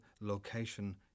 location